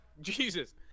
Jesus